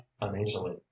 uneasily